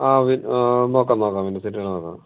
ആ വി നോക്കാം നോക്കാം വിൻഡോ സീറ്റ് തന്നെ നോക്കാം